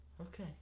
Okay